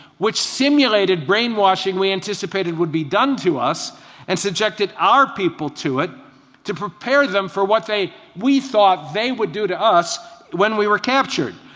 which simulated brainwashing we anticipated would be done to us and subjected our people to it to prepare them for what they thought they would do to us when we were captured.